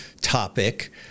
topic